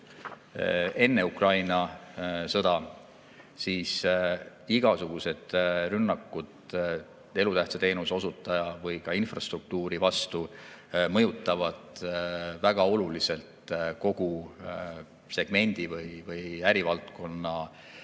enne Ukraina sõda. Igasugused rünnakud elutähtsa teenuse osutaja või infrastruktuuri vastu mõjutavad väga oluliselt kogu segmendi või ärivaldkonna